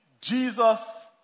Jesus